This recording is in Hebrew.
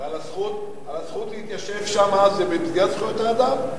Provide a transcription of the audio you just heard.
על הזכות להתיישב שמה זה במסגרת, האדם?